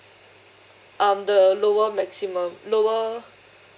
um the lower maximum lower